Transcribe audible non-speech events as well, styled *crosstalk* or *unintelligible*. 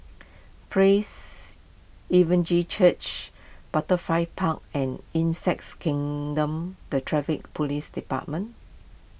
Praise *unintelligible* Church Butterfly pound and Insects Kingdom the Traffic Police Department